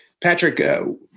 Patrick